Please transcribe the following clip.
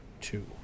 Two